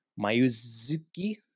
Mayuzuki